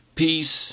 peace